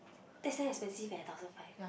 that say expensive leh thousand five